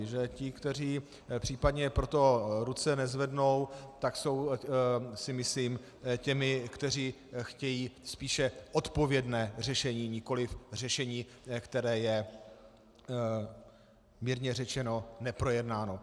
Že ti, kteří případně pro to ruce nezvednou, tak jsou, si myslím, těmi, kteří chtějí spíše odpovědné řešení, nikoliv řešení, které je mírně řečeno neprojednáno.